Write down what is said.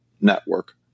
network